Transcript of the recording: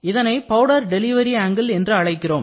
இதனை powder delivery angle என்று அழைக்கிறோம்